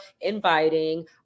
inviting